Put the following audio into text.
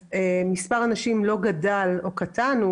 מספר הנשים לא גדל או קטן,